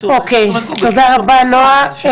תודה רבה נועה.